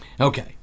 Okay